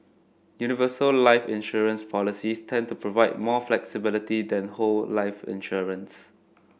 universal life insurance policies tend to provide more flexibility than whole life insurance